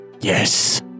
yes